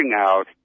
out